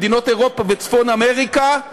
מדינות אירופה וצפון אמריקה,